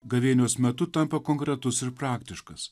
gavėnios metu tampa konkretus ir praktiškas